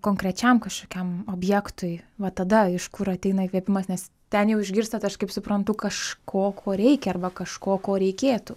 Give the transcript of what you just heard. konkrečiam kažkokiam objektui va tada iš kur ateina įkvėpimas nes ten jau išgirstat aš kaip suprantu kažko ko reikia arba kažko ko reikėtų